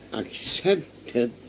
accepted